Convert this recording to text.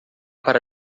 para